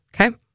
Okay